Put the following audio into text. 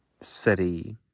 city